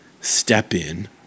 step-in